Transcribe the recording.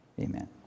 Amen